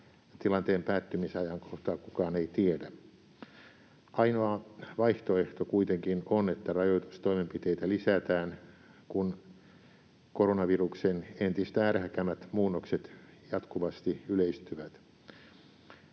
tilanteen päättymisajankohtaa kukaan ei tiedä. Ainoa vaihtoehto kuitenkin on, että rajoitustoimenpiteitä lisätään, kun koronaviruksen entistä ärhäkämmät muunnokset jatkuvasti yleistyvät.